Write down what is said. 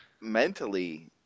mentally